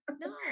No